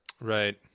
Right